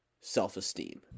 self-esteem